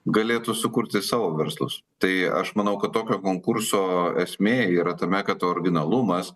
galėtų sukurti savo verslus tai aš manau kad tokio konkurso esmė yra tame kad originalumas